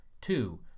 Two